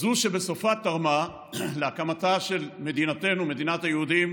זו שבסופה תרמה להקמתה של מדינתנו מדינת היהודים,